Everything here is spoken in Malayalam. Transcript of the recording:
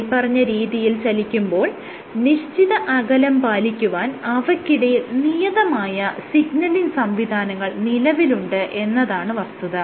മേല്പറഞ്ഞ രീതിയിൽ ചലിക്കുമ്പോൾ നിശ്ചിത അകലം പാലിക്കുവാൻ അവയ്ക്കിടയിൽ നിയതമായ സിഗ്നലിങ് സംവിധാനങ്ങൾ നിലവിലുണ്ട് എന്നതാണ് വസ്തുത